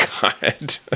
God